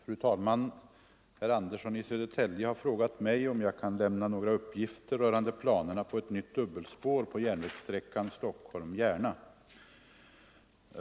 Fru talman! Herr Andersson i Södertälje har frågat mig om jag kan lämna några uppgifter rörande planerna på ett nytt dubbelspår på järnvägsträckan Stockholm-Järna.